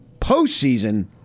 postseason